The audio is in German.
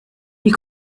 die